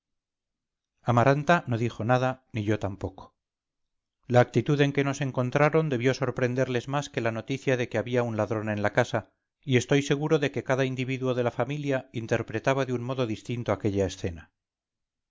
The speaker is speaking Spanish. amaranta no dijo nada ni yo tampoco la actitud en que nos encontraron debió sorprenderles más que la noticia de que había un ladrón en la casa y estoy seguro de que cada individuo de la familia interpretaba de un modo distinto aquella escena